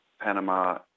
Panama